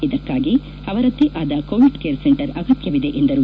ಇದಕ್ಕಾಗಿ ಅವರದ್ದೆ ಆದ ಕೋವಿಡ್ ಕೇರ್ ಸೆಂಟರ್ ಅಗತ್ಯವಿದೆ ಎಂದರು